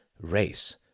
race